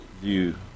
view